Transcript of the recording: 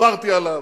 דיברתי עליו,